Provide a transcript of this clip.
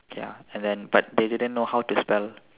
ya and then but they didn't know how to spell